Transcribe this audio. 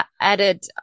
added